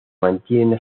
mantienen